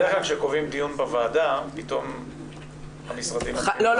בדרך כלל כשקובעים דיון בוועדה פתאום המשרדים --- לא,